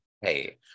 hey